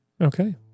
Okay